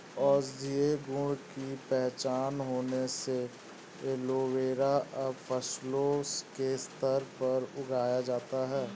औषधीय गुण की पहचान होने से एलोवेरा अब फसलों के स्तर पर उगाया जाता है